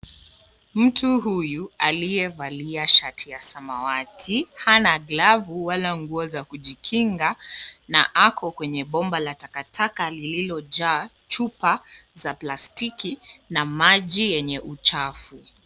Mtu huyu aliyevalia shati ya samawati. Hana glavu wala nguo za kujikinga, na ako kwenye bomba la takataka lililojaa chupa za plastiki, na maji yenye uchafu.